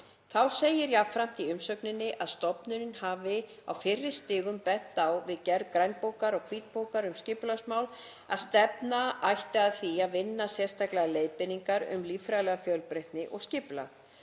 Þá segir jafnframt í umsögninni að stofnunin hafi á fyrri stigum bent á við gerð grænbókar og hvítbókar um skipulagsmál að stefna ætti að því að vinna sérstakar leiðbeiningar um líffræðilega fjölbreytni og skipulag.